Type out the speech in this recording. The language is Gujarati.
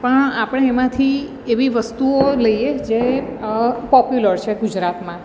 પણ આપણે એમાંથી એવી વસ્તુઓ લઈએ જે પોપ્યુલર છે ગુજરાતમાં